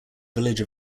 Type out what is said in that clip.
village